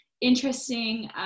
interesting